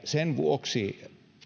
sen vuoksi